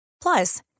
Plus